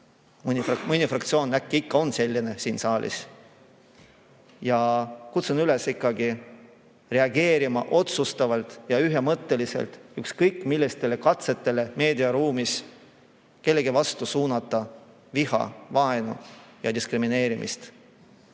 fraktsioon äkki ikka on siin saalis. Ja kutsun üles ikkagi reageerima otsustavalt ja ühemõtteliselt ükskõik millistele katsetele meediaruumis kellegi vastu suunata viha, vaenu ja diskrimineerimist.